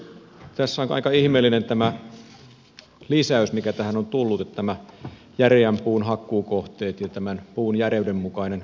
tässä on aika ihmeellinen tämä lisäys mikä tähän on tullut nyt tämä järeän puun hakkuukohteet ja tämän puun järeyden mukainen arviointi